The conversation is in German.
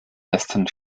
western